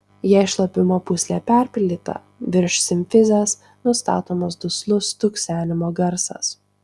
jei šlapimo pūslė perpildyta virš simfizės nustatomas duslus stuksenimo garsas